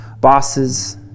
bosses